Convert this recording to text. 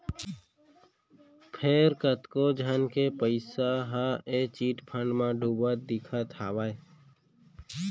फेर कतको झन के पइसा ह ए चिटफंड कंपनी म डुबत दिखत हावय